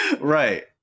Right